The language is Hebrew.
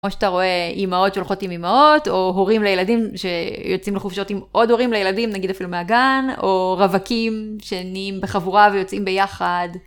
או שאתה רואה אימהות שהולכות עם אימהות, או הורים לילדים שיוצאים לחופשות עם עוד הורים לילדים, נגיד אפילו מהגן, או רווקים שנהיים בחבורה ויוצאים ביחד.